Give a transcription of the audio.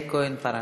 יעל כהן-פארן.